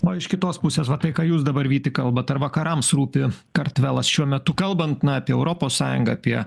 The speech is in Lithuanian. o iš kitos pusės va tai ką jūs dabar vyti kalbat ar vakarams rūpi kartvelas šiuo metu kalbant na apie europos sąjungą apie